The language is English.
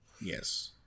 Yes